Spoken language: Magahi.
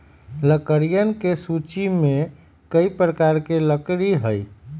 लकड़ियन के सूची में कई प्रकार के लकड़ी हई